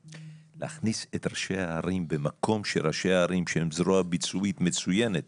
להכניס את ראשי הערים במקום שראשי הערים שהם זרוע ביצועית מצוינת,